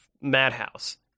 madhouse